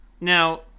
Now